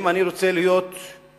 אם אני רוצה להיות בוטה,